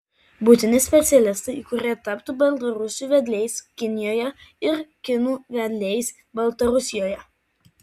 būtini specialistai kurie taptų baltarusių vedliais kinijoje ir kinų vedliais baltarusijoje